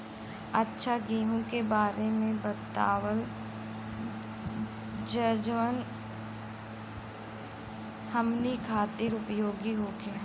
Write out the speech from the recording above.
अच्छा गेहूँ के बारे में बतावल जाजवन हमनी ख़ातिर उपयोगी होखे?